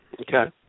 Okay